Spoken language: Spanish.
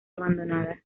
abandonada